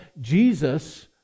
Jesus